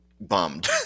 bummed